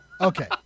Okay